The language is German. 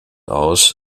aus